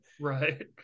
Right